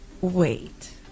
wait